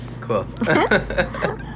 Cool